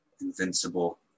Invincible